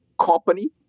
company